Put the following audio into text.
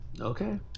Okay